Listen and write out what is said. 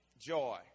joy